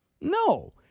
No